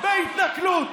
בהתנכלות.